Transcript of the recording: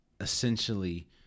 essentially